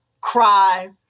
cry